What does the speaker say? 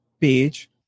page